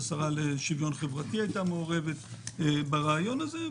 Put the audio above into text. השרה לשוויון חברתי הייתה מעורבת ברעיון הזה.